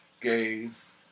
gays